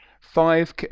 Five